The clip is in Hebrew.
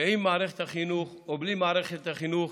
שעם מערכת החינוך או בלי מערכת החינוך